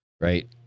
Right